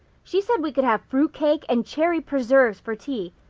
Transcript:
she said we could have fruit cake and cherry preserves for tea.